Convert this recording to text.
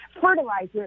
fertilizer